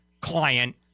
client